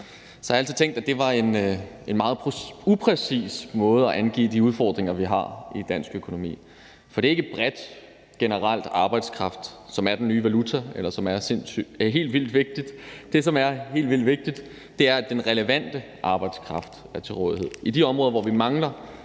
har jeg altid tænkt, at det var en meget upræcis måde at angive de udfordringer på, vi har i dansk økonomi. For det er ikke bredt og generelt arbejdskraft, som er den nye valuta, eller som er helt vildt vigtigt. Det, som er helt vildt vigtigt, er, at den relevante arbejdskraft er til rådighed. På de områder, hvor vi mangler